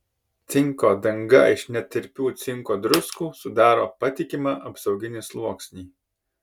cinko danga iš netirpių cinko druskų sudaro patikimą apsauginį sluoksnį